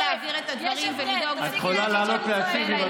להעביר את הדברים ולדאוג לתזונה של הילדים.